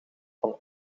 van